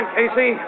Casey